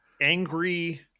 angry